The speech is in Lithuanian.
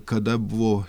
kada buvo